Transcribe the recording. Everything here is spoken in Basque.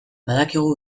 badakigu